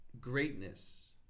greatness